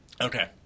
Okay